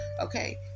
Okay